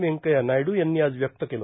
वेंकय्या नायडू यांनी आज व्यक्त केलं